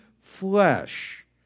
flesh